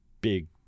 big